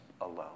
alone